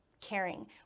caring